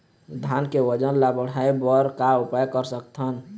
धान के वजन ला बढ़ाएं बर का उपाय कर सकथन?